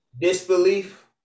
disbelief